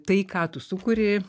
tai ką tu sukuri